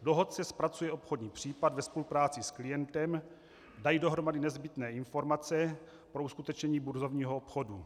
Dohodce zpracuje obchodní případ ve spolupráci s klientem, dají dohromady nezbytné informace pro uskutečnění burzovního obchodu.